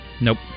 Nope